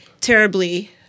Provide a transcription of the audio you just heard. terribly